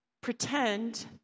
pretend